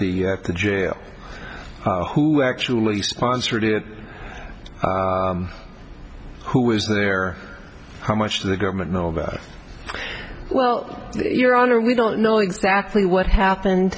the jail who actually sponsored it who is there how much the government know about well your honor we don't know exactly what happened